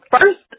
first